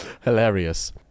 Hilarious